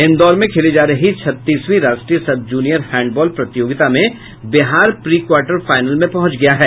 इंदौर में खेली जा रही छत्तीसवीं राष्ट्रीय सब जूनियर हैंडबॉल प्रतियोगिता में बिहार प्री क्वार्टर फाइनल में पहुंच गया है